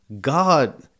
God